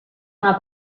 una